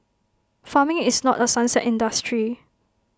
farming is not A sunset industry